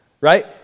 right